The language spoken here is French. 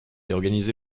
organisé